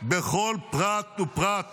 בכל פרט ופרט